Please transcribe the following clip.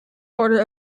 border